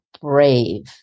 brave